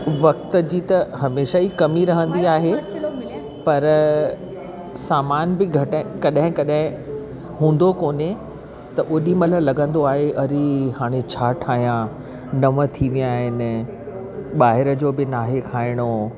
वक़्तु जी त हमेशह ई कमी रहंदी आहे पर सामान बि घटि आहिनि कॾहिं कॾहिं हूंदो कोन्हे त ओॾीमहिल लॻंदो आहे अरे हाणे छा ठाहियां नव थी विया आहिनि ॿाहिरि जो बि न आहे खाइणो